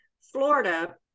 Florida